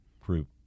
group